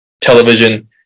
television